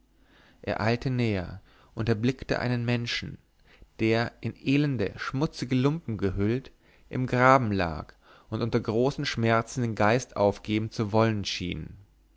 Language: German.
er eilte näher und erblickte einen menschen der in elende schmutzige lumpen gehüllt im graben lag und unter großen schmerzen den geist aufgeben zu wollen schien